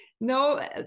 No